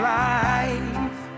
life